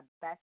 best